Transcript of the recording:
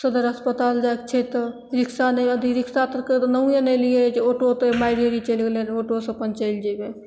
सदर अस्पताल जाइके छै तऽ रिक्शा नहि यदि रिक्साके तऽ नामे नहि लियौ अयजाँ ऑटो तऽ मारि ढेरी चलि गेलय ऑटोसँ अपन चलि जेबय